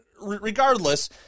regardless